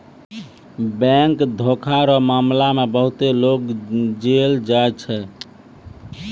bank धोखा रो मामला मे बहुते लोग जेल जाय छै